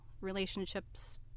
relationships